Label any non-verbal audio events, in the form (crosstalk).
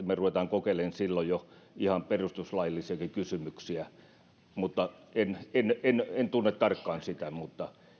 (unintelligible) me rupeamme kokeilemaan jo ihan perustuslaillisiakin kysymyksiä en en tunne tarkkaan sitä mutta